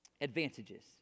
advantages